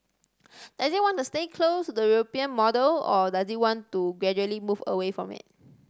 does it want to stay close to the European model or does it want to gradually move away from it